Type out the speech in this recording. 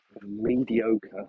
mediocre